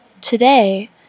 today